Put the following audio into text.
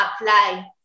apply